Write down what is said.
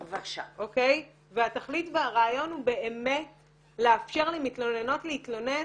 והתכלית והרעיון באמת לאפשר למתלוננות להתלונן